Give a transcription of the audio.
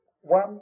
One